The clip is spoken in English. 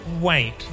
wait